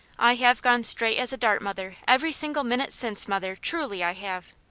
i have gone straight as a dart, mother, every single minute since, mother truly i have!